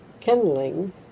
kindling